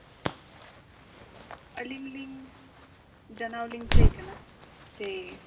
ᱟᱞᱤᱧ ᱞᱤᱧ ᱡᱟᱱᱟᱣᱞᱤᱧ ᱪᱟᱹᱭ ᱠᱟᱱᱟ ᱡᱮ